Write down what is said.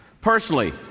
Personally